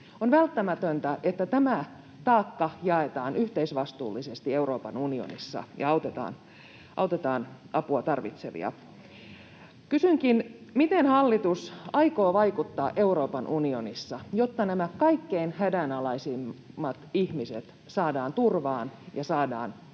On välttämätöntä, että tämä taakka jaetaan yhteisvastuullisesti Euroopan unionissa ja autetaan apua tarvitsevia. Kysynkin, miten hallitus aikoo vaikuttaa Euroopan unionissa, jotta nämä kaikkein hädänalaisimmat ihmiset saadaan turvaan ja saadaan